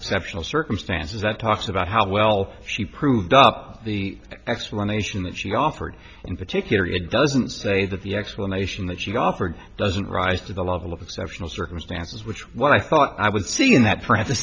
exceptional circumstances that talks about how well she proved up the explanation that she offered in particular it doesn't say that the explanation that she offered doesn't rise to the level of exceptional circumstances which what i thought i would see in that p